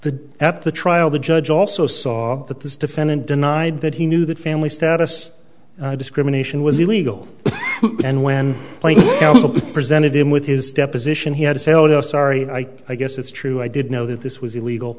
the at the trial the judge also saw that this defendant denied that he knew that family status discrimination was illegal and when playing presented him with his deposition he had to say oh no sorry i guess it's true i did know that this was illegal